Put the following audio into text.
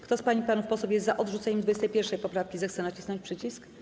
Kto z pań i panów posłów jest za odrzuceniem 21. poprawki, zechce nacisnąć przycisk.